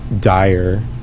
dire